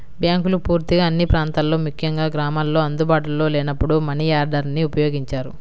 బ్యాంకులు పూర్తిగా అన్ని ప్రాంతాల్లో ముఖ్యంగా గ్రామాల్లో అందుబాటులో లేనప్పుడు మనియార్డర్ని ఉపయోగించారు